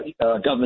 government